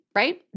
right